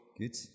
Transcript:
good